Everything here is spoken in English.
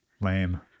Lame